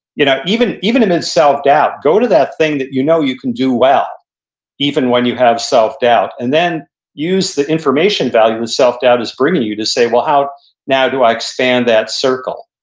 you know even even amidst self-doubt, go to that thing that you know you can do well even when you have self-doubt, and then use the information value that and self-doubt is bringing you to say, well, how now do i expand that circle?